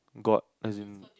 got as in